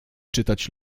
czytać